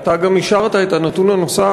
אתה גם אישרת את הנתון הנוסף,